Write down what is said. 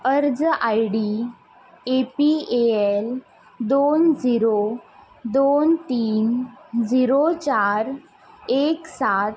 अर्ज I D A P A L दोन zero दोन तीन झिरो चार एक सात